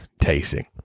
tasting